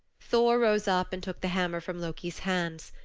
thor rose up and took the hammer from loki's hands.